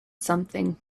something